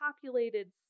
populated